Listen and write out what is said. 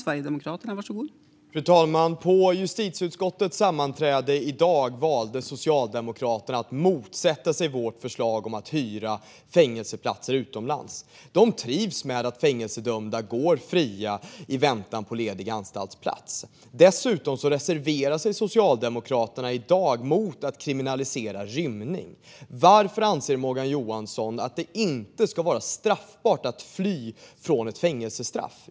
Fru talman! På justitieutskottets sammanträde i dag valde Socialdemokraterna att motsätta sig vårt förslag om att hyra fängelseplatser utomlands. De trivs med att fängelsedömda går fria i väntan på ledig anstaltsplats. Dessutom reserverade sig Socialdemokraterna i dag mot att kriminalisera rymning. Varför anser Morgan Johansson att det inte ska vara straffbart att fly från ett fängelsestraff?